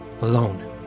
alone